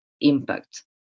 impact